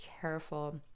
careful